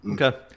Okay